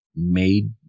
made